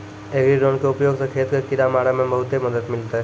agri drone के उपयोग स खेत कॅ किड़ा मारे मॅ बहुते मदद मिलतै